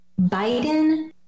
Biden